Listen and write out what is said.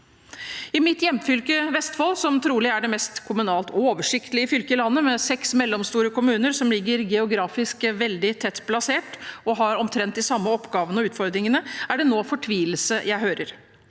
I mitt hjemfylke, Vestfold, som trolig er det mest kommunalt oversiktlige fylket i landet, med seks mellomstore kommuner som ligger geografisk veldig tett plassert og har omtrent de samme oppgavene og utfordringene, er det nå fortvilelse jeg hører.